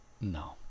No